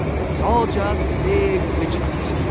that it's all just a big witch-hunt